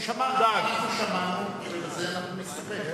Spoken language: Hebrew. הוא שמע, אנחנו שמענו, ובזה אנחנו נסתפק.